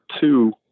two